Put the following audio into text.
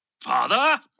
Father